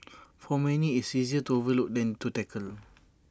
for many it's easier to overlook than to tackle